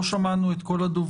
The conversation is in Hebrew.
לא שמענו את כל הדוברים.